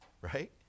right